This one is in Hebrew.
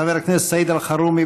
חבר הכנסת סעיד אלחרומי,